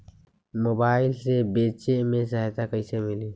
Mobile से बेचे में सहायता कईसे मिली?